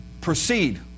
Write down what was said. proceed